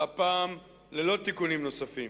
והפעם ללא תיקונים נוספים.